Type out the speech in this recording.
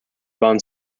bond